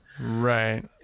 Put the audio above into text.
Right